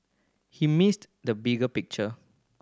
he missed the bigger picture